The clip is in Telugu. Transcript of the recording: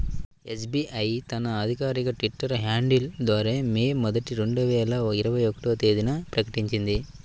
యస్.బి.ఐ తన అధికారిక ట్విట్టర్ హ్యాండిల్ ద్వారా మే మొదటి, రెండు వేల ఇరవై ఒక్క తేదీన ప్రకటించింది